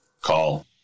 call